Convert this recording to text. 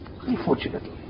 Unfortunately